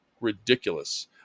ridiculous